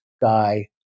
guy